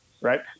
right